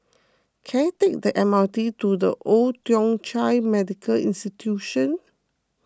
can I take the M R T to the Old Thong Chai Medical Institution